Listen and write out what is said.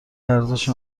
ارزش